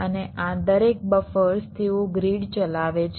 અને આ દરેક બફર્સ તેઓ ગ્રીડ ચલાવે છે